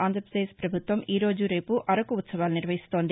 ఆంధ్రావదేశ్ ప్రభుత్వం ఈరోజు రేవు అరకు ఉత్పవాలు నిర్వహిస్తోంది